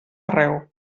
arreu